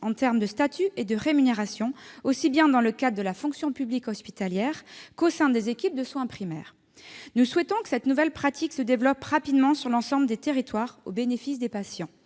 en termes de statut et de rémunération, aussi bien dans le cadre de la fonction publique hospitalière qu'au sein des équipes de soins primaires. Nous souhaitons que cette nouvelle pratique se développe rapidement sur l'ensemble des territoires, au bénéfice des patients.